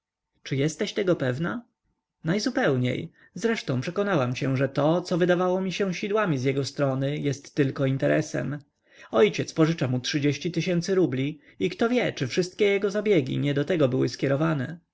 czy jesteś tego pewna najzupełniej zresztą przekonałam się że to co wydawało mi się sidłami z jego strony jest tylko interesem ojciec pożycza mu trzydzieści tysięcy rubli i kto wie czy wszystkie jego zabiegi nie do tego były skierowane